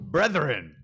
Brethren